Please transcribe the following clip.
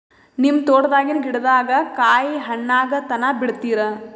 ನಿಮ್ಮ ತೋಟದಾಗಿನ್ ಗಿಡದಾಗ ಕಾಯಿ ಹಣ್ಣಾಗ ತನಾ ಬಿಡತೀರ?